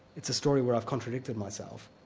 it's a story where i've contradicted myself,